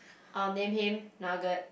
I will name him nugget